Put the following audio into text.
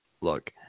look